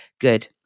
good